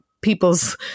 people's